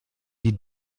die